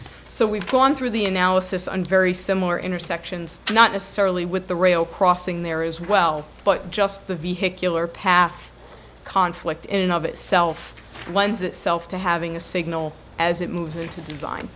so we've gone through the analysis on very similar intersections not necessarily with the rail crossing there as well but just the vehicular path conflict in and of itself lends itself to having a signal as it moves into design